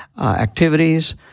activities